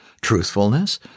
truthfulness